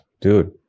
dude